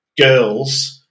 girls